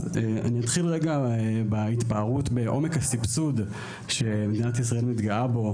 נתחיל בהתפארות בעומק הסבסוד שמדינת ישראל מתגאה בו: